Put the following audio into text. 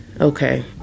okay